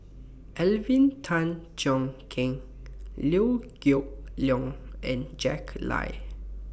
Alvin Tan Cheong Kheng Liew Geok Leong and Jack Lai